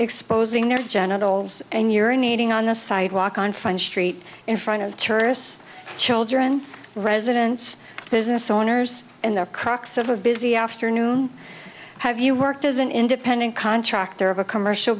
exposing their genitals and urine eating on the sidewalk on fine street in front of terse children residents business owners and the crux of a busy afternoon have you worked as an independent contractor of a commercial